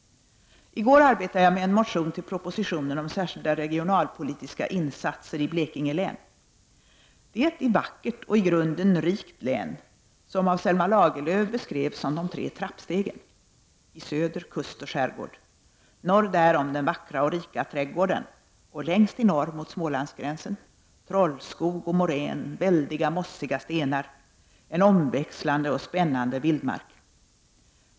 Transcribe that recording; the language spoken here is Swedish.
I går arbetade jag med en motion till propositionen om särskilda regionalpolitiska insatser i Blekinge län. Det är ett vackert och i grunden rikt län, som av Selma Lagerlöf beskrevs som de tre trappstegen. I söder kust och skärgård, norr därom den vackra och rika trädgården, och längst i norr, mot Smålandsgränsen, trollskog och morän, väldiga mossiga stenar, en omväxlande och spännande vildmark.